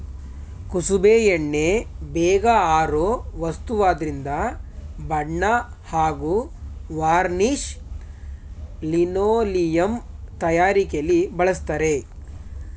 ಕುಸುಬೆ ಎಣ್ಣೆ ಬೇಗ ಆರೋ ವಸ್ತುವಾದ್ರಿಂದ ಬಣ್ಣ ಹಾಗೂ ವಾರ್ನಿಷ್ ಲಿನೋಲಿಯಂ ತಯಾರಿಕೆಲಿ ಬಳಸ್ತರೆ